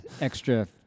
extra